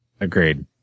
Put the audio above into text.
Agreed